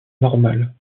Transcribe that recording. normale